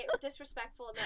Disrespectful